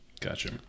Gotcha